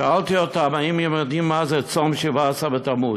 שאלתי אותם אם הם יודעים מה זה צום שבעה עשר בתמוז.